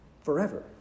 forever